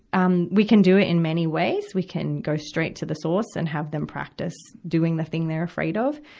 um, we can do it in many ways. we can go straight to the source and have them practice doing the thing they're afraid of.